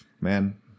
man